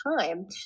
time